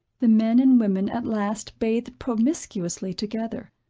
the men and women at last bathed promiscuously together.